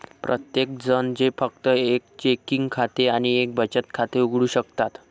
प्रत्येकजण जे फक्त एक चेकिंग खाते आणि एक बचत खाते उघडू शकतात